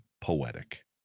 poetic